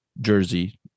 jersey